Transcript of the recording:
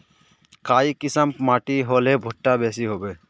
काई किसम माटी होले भुट्टा बेसी होबे?